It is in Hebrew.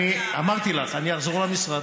אמרתי לך, אני אחזור למשרד,